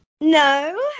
No